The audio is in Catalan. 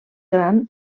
gran